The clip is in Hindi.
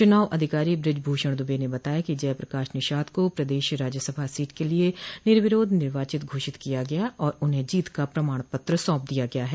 चुनाव अधिकारी बृजभूषण दुबे ने बताया कि जय प्रकाश निषाद को प्रदेश राज्यसभा सीट के लिए निर्विरोध निर्वाचित घोषित किया गया और उन्हें जीत का प्रमाण पत्र सौंप दिया गया है